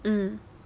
mm